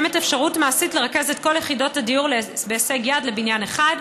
יש אפשרות מעשית לרכז את כל יחידות הדיור בהישג יד בבניין אחד,